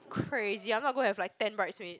crazy I'm not going to have like ten bridesmaids